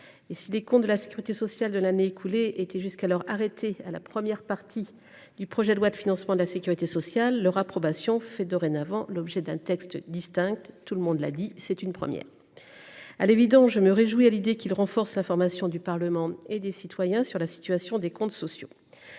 Si les comptes de la sécurité sociale de l’année écoulée étaient jusqu’alors arrêtés à la première partie du projet de loi de financement de la sécurité sociale, leur approbation fait dorénavant l’objet d’un texte distinct. C’est une première. À l’évidence, je me réjouis à l’idée que ce texte renforce l’information du Parlement et des citoyens sur la situation des comptes sociaux.